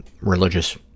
religious